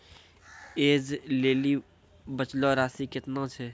ऐज लेली बचलो राशि केतना छै?